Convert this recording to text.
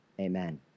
Amen